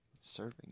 serving